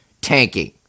tanking